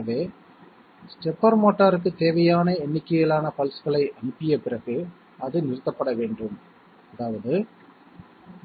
எனவே ஸ்டெப்பர் மோட்டாருக்கு தேவையான எண்ணிக்கையிலான பல்ஸ்களை அனுப்பிய பிறகு அது நிறுத்தப்பட வேண்டும் அதாவது